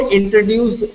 introduce